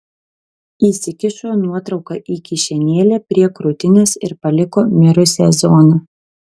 įsikišo nuotrauką į kišenėlę prie krūtinės ir paliko mirusią zoną